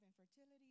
infertility